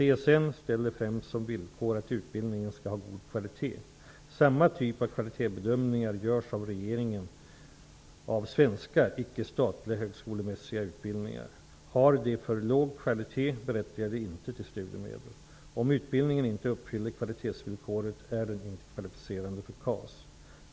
CSN ställer främst som villkor att utbildningen skall ha en god kvalitet. Samma typ av kvalitetsbedömningar görs av regeringen av svenska icke-statliga högskolemässiga utbildningar. Har de för låg kvalitet berättigar de inte till studiemedel. Om utbildningen inte uppfyller kvalitetsvillkoret är den inte kvalificerande för KAS.